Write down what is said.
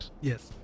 Yes